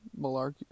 malarkey